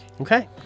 Okay